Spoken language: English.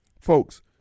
Folks